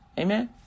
Amen